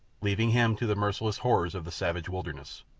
leaving him to the merciless horrors of the savage wilderness.